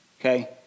okay